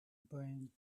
brain